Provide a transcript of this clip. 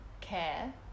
care